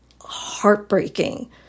heartbreaking